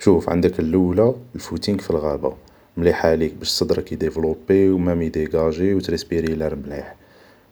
شوف عندك اللولة الفوتينغ في الغابة مليحة ليك باش صدرك يديفلوبي و مام يديغاجي و مام تريسبيري لار مليح